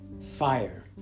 Fire